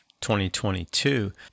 2022